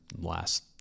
last